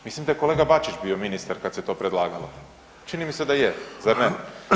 Mislim da je kolega Bačić bio ministar kad se to predlagalo, čini mi se da je, zar ne?